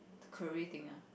the career thing ah